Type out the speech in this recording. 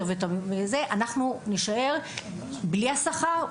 אנחנו נישאר בלי השכר,